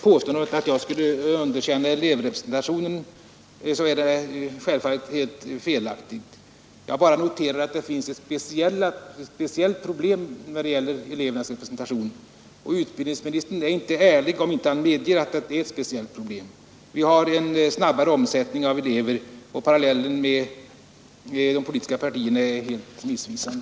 Påståendet att jag skulle underkänna elevrepresentationen är självfallet felaktigt. Jag noterar bara att det finns ett speciellt problem när det gäller elevernas representation, och utbildningsministern är inte ärlig om han inte medger att så är fallet. Vi har en snabb omsättning av elever, och parallellen med de politiska partierna är helt missvisande.